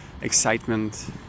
excitement